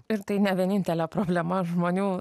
ir tai ne vienintelė problema žmonių